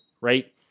right